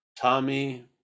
Tommy